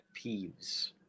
peeves